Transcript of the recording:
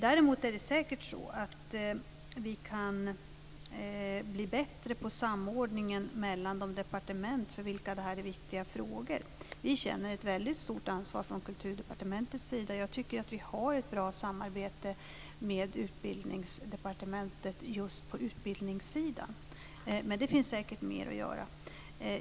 Däremot är det säkert så att vi kan bli bättre på samordningen mellan de departement för vilka detta är viktiga frågor. Vi på Kulturdepartementet känner ett mycket stort ansvar. Jag tycker att vi har ett bra samarbete med Utbildningsdepartementet på just utbildningssidan, men det finns säkert mer att göra.